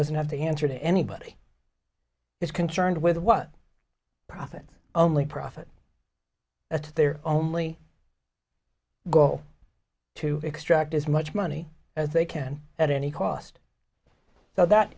doesn't have to answer to anybody is concerned with what profits only profit that's their only goal to extract as much money as they can at any cost so that